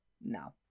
No